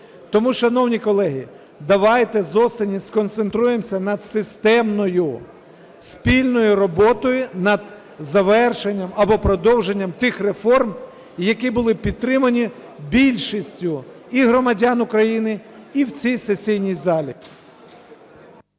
Тому, шановні колеги, давайте з осені сконцентруємося над системною спільною роботою, над завершенням або продовженням тих реформ, які були підтримані більшістю і громадян України, і в цій сесійній залі.